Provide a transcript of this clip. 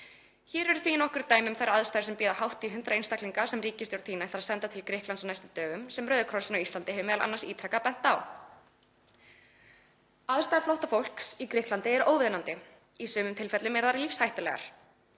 Hér eru því nokkur dæmi um þær aðstæður sem bíða hátt í 100 einstaklinga sem ríkisstjórn þín ætlar að senda til Grikklands á næstu dögum, sem Rauði krossinn á Íslandi hefur meðal annarra ítrekað bent á: Aðstæður flóttafólks í Grikklandi eru óviðunandi. Í sumum tilfellum eru þær lífshættulegar.